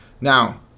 Now